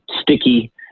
sticky